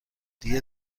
دیگه